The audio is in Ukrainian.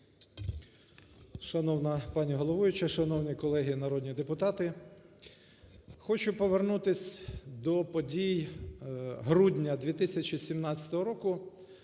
Шановна пані головуюча, шановні колеги народні депутати! Хочу повернутись до подій грудня 2017 року,